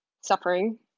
suffering